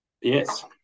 Yes